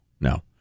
no